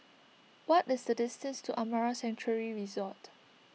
what is the distance to Amara Sanctuary Resort